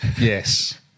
Yes